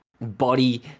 body